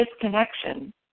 disconnection